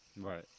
Right